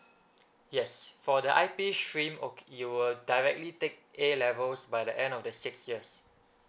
yes for the I_P stream ok~ you will directly take A levels by the end of the sixth years